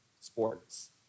sports